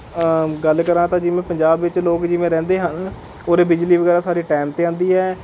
ਗੱਲ ਕਰਾਂ ਤਾਂ ਜਿਵੇਂ ਪੰਜਾਬ ਵਿੱਚ ਲੋਕ ਜਿਵੇਂ ਰਹਿੰਦੇ ਹਨ ਓਰੇ ਬਿਜਲੀ ਵਗੈਰਾ ਸਾਰੀ ਟਾਇਮ 'ਤੇ ਆਉਂਦੀ ਹੈ